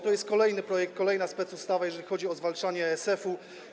To jest kolejny projekt, kolejna specustawa, jeśli chodzi o zwalczanie ASF-u.